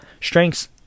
strengths